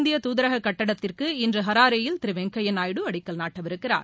இந்திய தூதரக கட்டிடத்திறகு இன்று அராரேயில் திரு வெங்கையா நாயுடு அடிக்கல் நாட்டவிருக்கிறார்